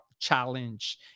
challenge